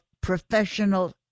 professional